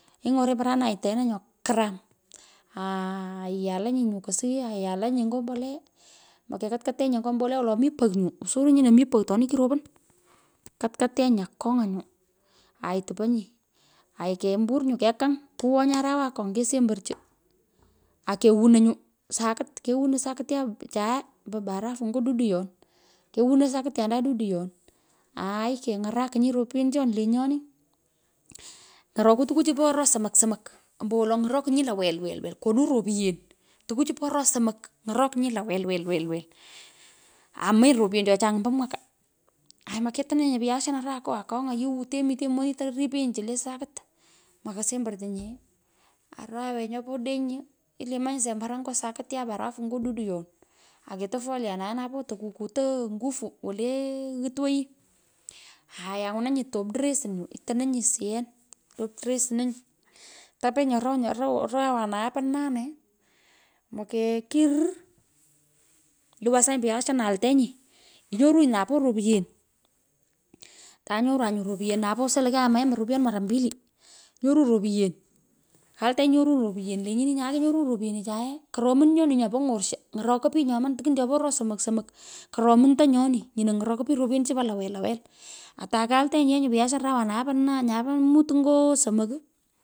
Ing’oranyi paranal aitononi nyo karam aiyalanyi nyu kosowee. aiyalanyi. nyu mbolee. Mokekatkutenye nyo mbolea wolo, mi pogh nyu, uzuri, nyino mi pogh atoni kiropon katkutenyi, akong'a nyu aituponyi, aai kembur nyu kekang, kuwonyi, arowa akony, kesemberchi, akewuno nyu, sakit, kewuno sakityunda chae po barafu nyo dudoyoni kewuno sakityanda duduyon, aai, keny'arakinyi; ropyenichoni lenyoni, ng'oroku tukuchi po oroo somok somok. ambowolo nyorakinyi lo weiweri, kony ropyen tukucho po oroo somok, ng’orokinyi; to welwel aomenyi ropyen cho chang ombo mwaka. Aai moketononyi nye viasian araaku akong’a ku temitenenyi monitone ripenyi chu le samit, mokosemberchi nye, arawe nyopo odeny ilimanyi sembara nyo sakityu barafu ngo dudoyon, aketo telionae napoo takutoo nguvu wole ghitwoyi, aya angwonanyi top dressin itononyi can top dressnonyi, topenyi, oroo, arawa nae po nane mokee, kirir, iwasanyi, piasiin aaltenyi, nyoronyi napoo ropoyen, ta nyorwan nyo ropyen napoo suwinenyi, lo kyaaman ropyen mara mbili, nyoroni ropyen, altenyi inyoronyi, ropyen lenyini. nyae kenyorunyi, ropyenichae koromin nyoni nyopo ng’orsho, ng'orokoi pich nyoman, tukwun chopo oroo somok somok, koromunto nyoni nyino ny'orokoi pich ropyenichu po lowellowel, ata kaltenyi ye viasian aranawanae po nane, arawa nae po mut ngo somok.